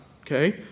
okay